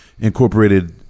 Incorporated